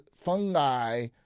fungi